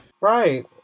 Right